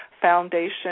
Foundation